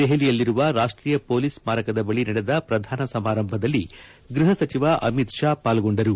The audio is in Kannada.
ದೆಹಲಿಯಲ್ಲಿರುವ ರಾಷ್ಟೀಯ ಪೊಲೀಸ್ ಸ್ಕಾರಕದ ಬಳಿ ನಡೆದ ಪ್ರಧಾನ ಸಮಾರಂಭದಲ್ಲಿ ಗೃಹ ಸಚಿವ ಅಮಿತ್ ಶಾ ಪಾಲ್ಗೊಂಡರು